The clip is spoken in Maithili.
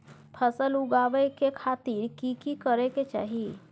फसल उगाबै के खातिर की की करै के चाही?